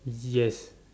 yes